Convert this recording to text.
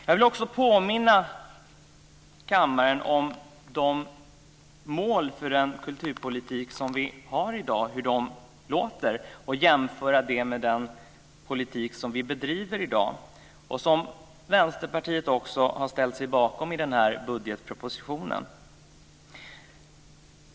Jag vill också påminna kammaren om de mål för kulturpolitiken som vi har i dag och jämföra dem med den politik som vi bedriver i dag och som Vänsterpartiet har ställt sig bakom i budgetpropositionen.